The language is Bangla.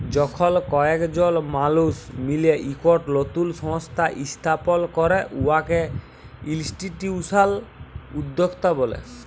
যখল কয়েকজল মালুস মিলে ইকট লতুল সংস্থা ইস্থাপল ক্যরে উয়াকে ইলস্টিটিউশলাল উদ্যক্তা ব্যলে